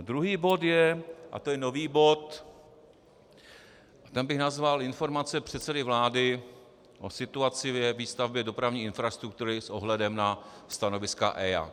Druhý bod je a to je nový bod, ten bych nazval Informace předsedy vlády o situaci ve výstavbě dopravní infrastruktury s ohledem na stanoviska EIA.